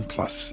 Plus